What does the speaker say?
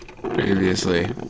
Previously